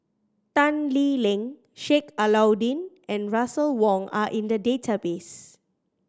Tan Lee Leng Sheik Alau'ddin and Russel Wong are in the database